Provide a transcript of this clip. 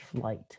flight